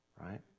right